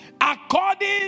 according